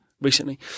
recently